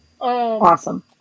Awesome